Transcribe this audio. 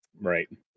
Right